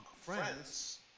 friends